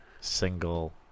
single